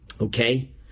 okay